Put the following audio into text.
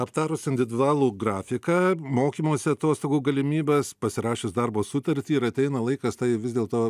aptarus individualų grafiką mokymosi atostogų galimybes pasirašius darbo sutartį ir ateina laikas tai vis dėlto